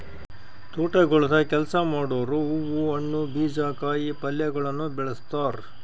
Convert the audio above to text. ತೋಟಗೊಳ್ದಾಗ್ ಕೆಲಸ ಮಾಡೋರು ಹೂವು, ಹಣ್ಣು, ಬೀಜ, ಕಾಯಿ ಪಲ್ಯಗೊಳನು ಬೆಳಸ್ತಾರ್